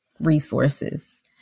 resources